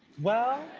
well,